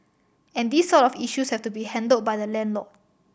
and these sort of issues have to be handled by the landlord